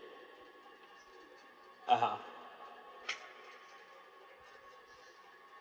(uh huh)